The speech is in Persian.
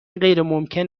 غیرممکن